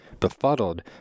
Befuddled